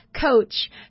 Coach